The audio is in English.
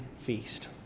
feast